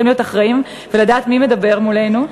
להיות אחראיים ולדעת מי מדבר מולנו,